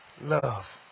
Love